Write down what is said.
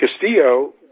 Castillo